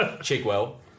Chigwell